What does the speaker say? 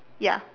ya